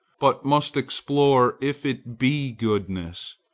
but must explore if it be goodness.